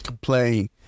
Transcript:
playing